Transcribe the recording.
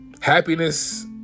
happiness